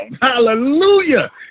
Hallelujah